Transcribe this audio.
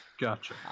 Gotcha